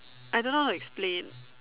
I don't know how to explain